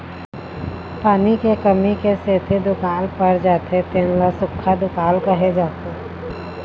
पानी के कमी क सेती दुकाल पर जाथे तेन ल सुक्खा दुकाल कहे जाथे